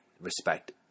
Respect